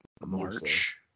March